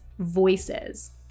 voices